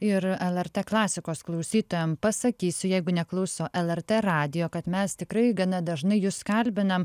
ir lrt el er tė klasikos klausytojams pasakysiu jeigu neklauso el er tė radijo kad mes tikrai gana dažnai jus kalbinam